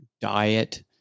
diet